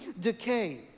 decay